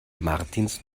martins